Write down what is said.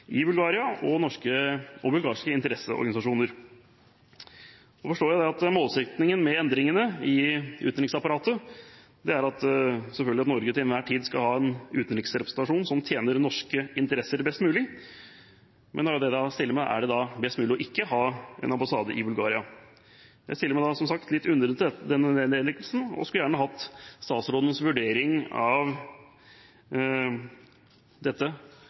i Bulgaria og norske og bulgarske interesseorganisasjoner. Jeg forstår at målsettingen med endringene i utenriksapparatet er at Norge til enhver tid skal ha en utenriksrepresentasjon som tjener norske interesser best mulig. Spørsmålet jeg stiller meg, er: Er det da best mulig ikke å ha en ambassade i Bulgaria? Jeg stiller meg, som sagt, litt undrende til denne nedleggelsen og skulle gjerne hatt statsrådens vurdering av dette